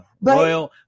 Royal